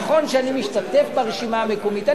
נכון שאני משתתף ברשימה המקומית,